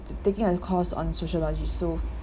taking a course on sociology so